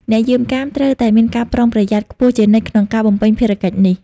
អ្នកយាមកាមត្រូវតែមានការប្រុងប្រយ័ត្នខ្ពស់ជានិច្ចក្នុងការបំពេញភារកិច្ចនេះ។